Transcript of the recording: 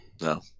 No